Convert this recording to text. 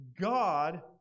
God